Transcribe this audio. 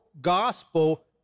gospel